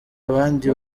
abandi